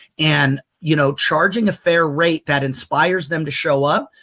and, you know, charging a fair rate that inspires them to show up,